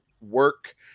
work